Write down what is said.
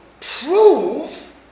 prove